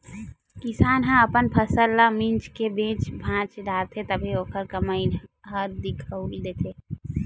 किसान ह अपन फसल ल मिंज के बेच भांज डारथे तभे ओखर कमई ह दिखउल देथे